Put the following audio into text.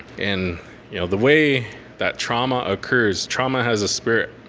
and you know the way that trauma occurs trauma has a spirit.